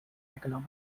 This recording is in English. economy